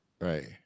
Right